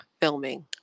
filming